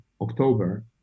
October